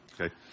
okay